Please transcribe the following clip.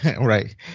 right